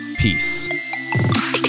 Peace